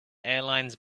airlines